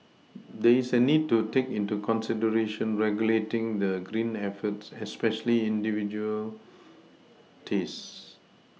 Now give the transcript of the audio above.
there is a need to take into consideration regulating the green efforts especially industrial taste